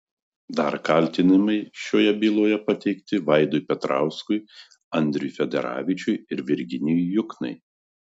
dar kaltinimai šioje byloje pateikti vaidui petrauskui andriui federavičiui ir virginijui juknai